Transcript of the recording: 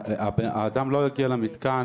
האדם לא יגיע למתקן,